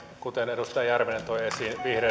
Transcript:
kuten edustaja järvinen toi esiin